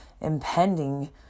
Impending